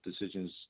decisions